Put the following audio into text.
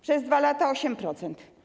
Przez 2 lata - 8%.